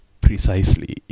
Precisely